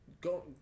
go